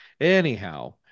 Anyhow